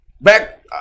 Back